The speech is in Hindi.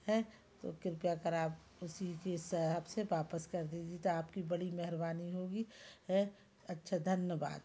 हैं तो कृपया कर आप इसी के हिसाब से वापस कर दीजिए तो आपकी बड़ी मेहरबानी होगी हैं अच्छा धन्यवाद